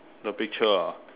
the picture ah